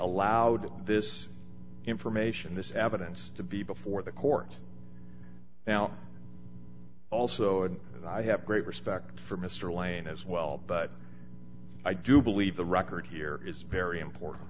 allowed this information this evidence to be before the court now also and i have great respect for mr lane as well but i do believe the record here is very important